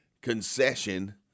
concession